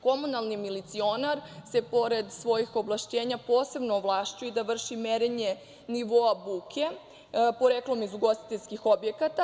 Komunalni milicionar se pored svojih ovlašćenja posebno ovlašćuje da vrši merenje nivoa buke poreklom iz ugostiteljskih objekata.